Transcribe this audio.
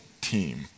team